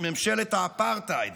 ממשלת האפרטהייד